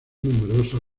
numerosas